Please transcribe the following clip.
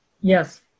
Yes